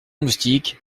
moustique